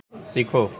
सीखो